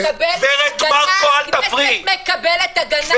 פעם ראשונה שהכנסת מקבלת הגנה מבג"ץ.